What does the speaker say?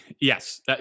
yes